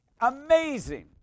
Amazing